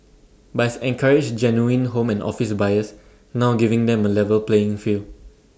buys and courage genuine home and office buyers now giving them A level playing field